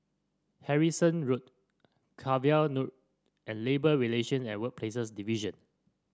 Harrison Road Cavan Road and Labour Relations and Workplaces Division